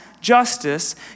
justice